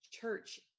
church